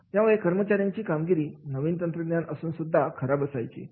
ामुळे कर्मचार्यांची कामगिरी नवीन तंत्रज्ञान असून सुद्धा खराब असायची